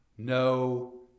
No